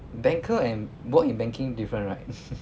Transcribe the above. banker and work in banking different right